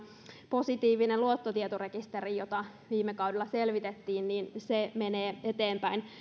positiivinen luottotietorekisteri jota viime kaudella selvitettiin menee eteenpäin